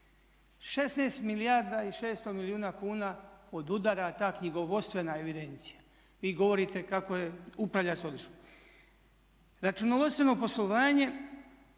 16 milijarda i 600 milijuna kuna odudara ta knjigovodstvena evidencija. Vi govorite kako upravlja se odlično. Računovodstveno poslovanje